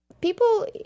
People